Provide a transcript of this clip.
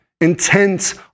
intent